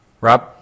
Rob